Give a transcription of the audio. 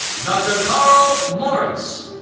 dr. carl morris.